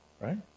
Right